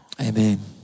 Amen